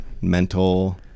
Mental